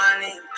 Money